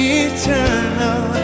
eternal